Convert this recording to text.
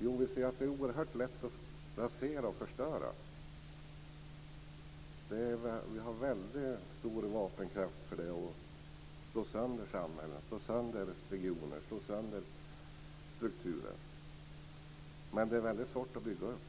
Jo, vi ser att det är oerhört lätt att rasera och förstöra. Vi har en väldigt stor vapenkraft för att slå sönder samhällen, slå sönder regioner och slå sönder strukturer. Men det är väldigt svårt att bygga upp.